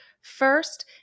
First